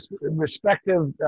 respective